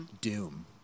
Doom